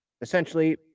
essentially